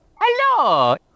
Hello